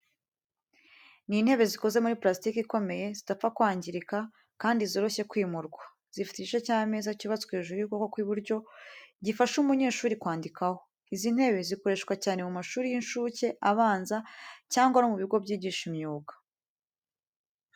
Ni intebe zikoze mu parasitike ikomeye, zidapfa kwangirika, kandi zoroshye kwimurwa. zifite igice cy’ameza cyubatswe hejuru y’ukuboko kw’iburyo, gifasha umunyeshuri kwandikaho. Izi ntebe zikoreshwa cyane mu mashuri y’incuke, abanza, cyangwa no mu bigo byigisha imyuga.